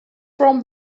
from